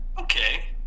Okay